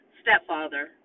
stepfather